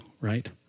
right